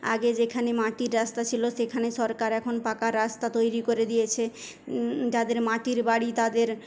আগে যেখানে মাটির রাস্তা ছিল সেখানে সরকার এখন পাকা রাস্তা তৈরী করে দিয়েছে যাদের মাটির বাড়ি তাদের